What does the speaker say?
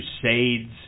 Crusades